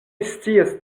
scias